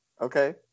Okay